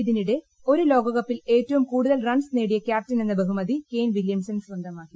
ഇതിനിടെ ഒരു ലോകകപ്പിൽ ഏറ്റവും കൂടുതൽ റൺസ് നേടിയ ക്യാപ്റ്റനെന്ന ബഹുമതി കെയ്ൻ വില്യംസൺ സ്വന്തമാക്കി